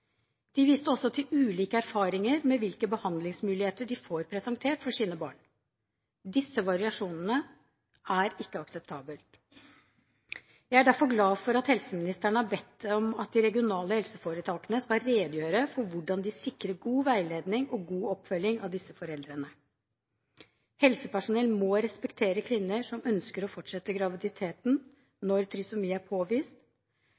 De viste også til ulike erfaringer med hvilke behandlingsmuligheter de får presentert for sine barn. Disse variasjonene er ikke akseptable. Jeg er derfor glad for at helseministeren har bedt om at de regionale helseforetakene skal redegjøre for hvordan de sikrer god veiledning og god oppfølging av disse foreldrene. Helsepersonell må respektere kvinner som ønsker å fortsette graviditeten når trisomi er påvist.